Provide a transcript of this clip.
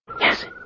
Yes